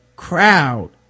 crowd